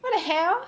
what the hell